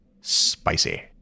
spicy